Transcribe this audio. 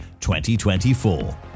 2024